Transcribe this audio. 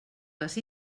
les